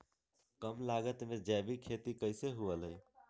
कम लागत में जैविक खेती कैसे हुआ लाई?